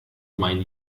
mein